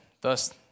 thus